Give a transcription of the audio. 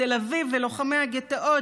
תל אביב ולוחמי הגטאות,